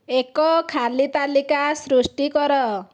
ଏକ ଖାଲି ତାଲିକା ସୃଷ୍ଟି କର